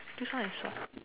this one is what